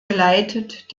geleitet